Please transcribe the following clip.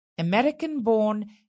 American-born